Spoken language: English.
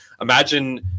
Imagine